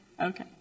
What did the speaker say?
Okay